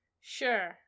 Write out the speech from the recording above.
Sure